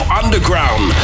underground